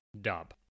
dub